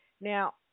Now